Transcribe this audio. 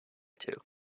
two